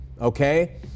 Okay